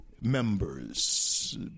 members